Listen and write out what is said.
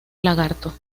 lagarto